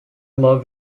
love